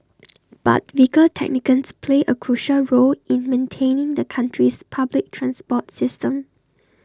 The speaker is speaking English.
but vehicle technicians play A crucial role in maintaining the country's public transport system